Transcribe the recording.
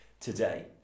today